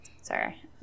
sorry